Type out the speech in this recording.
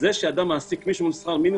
זה שאדם מעסיק מישהו בשכר מינימום,